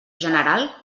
general